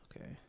Okay